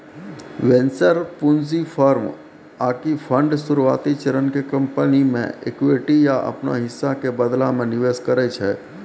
venture पूंजी firm आकि fund शुरुआती चरण के कंपनी मे इक्विटी या अपनो हिस्सा के बदला मे निवेश करै छै